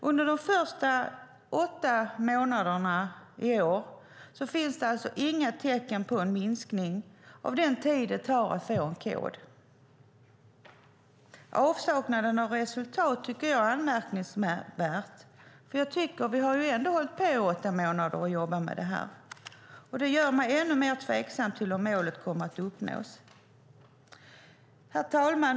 Under de första åtta månaderna i år fanns det alltså inga tecken på en minskning av den tid det tar att få en kod. Avsaknaden av resultat tycker jag är anmärkningsvärd. Vi har ändå hållit på i åtta månader och jobbat med det här. Det gör mig ännu mera tveksam till om målet kommer att uppnås. Herr talman!